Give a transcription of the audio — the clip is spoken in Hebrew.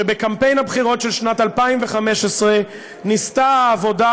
שבקמפיין הבחירות של שנת 2015 ניסתה העבודה